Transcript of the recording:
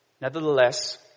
Nevertheless